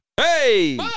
Hey